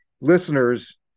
listeners